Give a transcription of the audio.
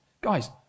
guys